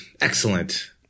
excellent